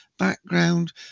background